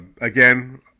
Again